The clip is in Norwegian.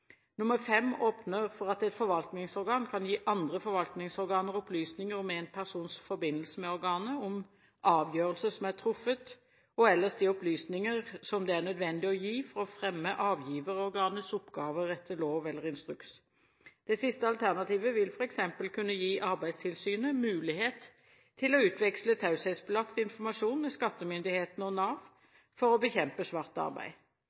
åpner for at et forvaltningsorgan kan gi andre forvaltningsorganer opplysninger om en persons forbindelser med organet om avgjørelser som er truffet og ellers de opplysninger som det er nødvendig å gi for å fremme avgiverorganets oppgaver etter lov eller instruks. Det siste alternativet vil f.eks. kunne gi Arbeidstilsynet mulighet til å utveksle taushetsbelagt informasjon med skattemyndighetene og Nav for å bekjempe svart arbeid.